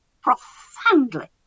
profoundly